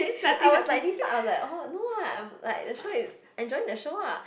I was like this I was like orh no ah I'm like the show is enjoying the show ah